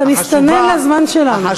אתה מסתנן לזמן שלנו.